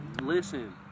listen